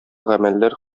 гамәлләр